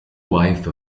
wife